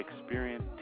experience